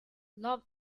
love